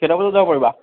কেইটা বজাত যাব পাৰিবা